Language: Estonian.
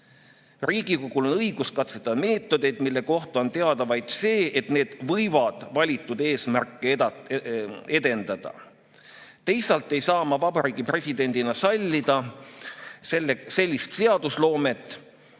Riigikogul on õigus katsetada meetmeid, mille kohta on teada vaid see, et need võivad valitud eesmärke edendada." Teisalt, "Vabariigi President aga ei saa sallida sellist seadusloomet,